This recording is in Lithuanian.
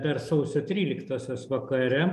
dar sausio tryliktosios vakare